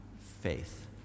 faith